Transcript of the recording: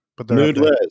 Nudeless